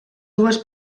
dues